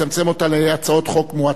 כפי שהכרזתי קודם לכן,